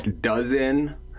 dozen